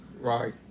right